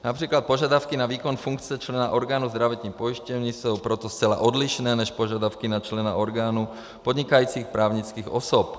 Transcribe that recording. Například požadavky na výkon funkce člena orgánu zdravotní pojišťovny jsou proto zcela odlišné než požadavky na člena orgánu podnikajících právnických osob.